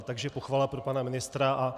Takže pochvala pro pana ministra.